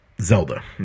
Zelda